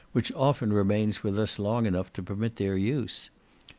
which often remains with us long enough to permit their use.